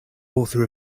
author